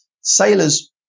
Sailors